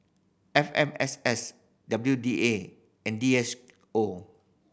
F M S S W D A and D S O